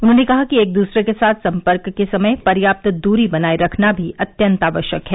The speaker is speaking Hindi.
उन्होंने कहा कि एक दूसरे के साथ संपर्क के समय पर्याप्त दूरी बनाए रखना भी अत्यंत आवश्यक है